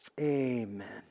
Amen